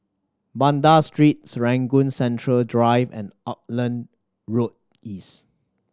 Banda Street Serangoon Central Drive and Auckland Road East